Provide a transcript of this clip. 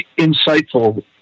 insightful